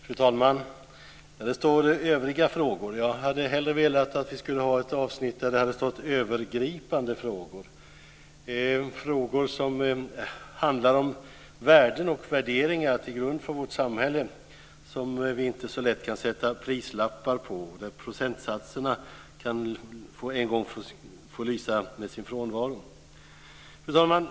Fru talman! Det här avsnittet heter Övriga frågor. Jag hade hellre velat ha ett avsnitt som hetat Övergripande frågor, med frågor som handlar om värden och värderingar till grund för vårt samhälle som vi inte så lätt kan sätta prislappar på och där procentsatserna för en gångs skull kan få lysa med sin frånvaro. Fru talman!